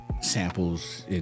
samples